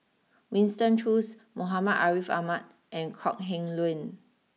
Winston Choos Muhammad Ariff Ahmad and Kok Heng Leun